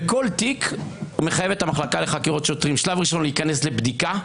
בכל תיק הוא מחייב את המחלקה לחקירות שוטרים בשלב ראשון להיכנס לבדיקה,